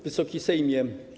Wysoki Sejmie!